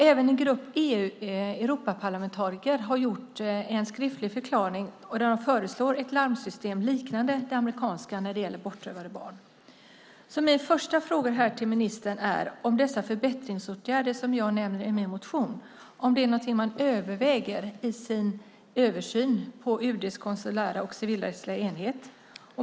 Även en grupp Europaparlamentariker har gjort en skriftlig förklaring, och de föreslår ett larmsystem liknande det amerikanska när det gäller bortrövade barn. Min första fråga till ministern är om dessa förbättringsåtgärder som jag nämner i min motion är någonting som man överväger i sin översyn på UD:s konsulära och civilrättsliga enhet.